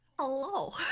hello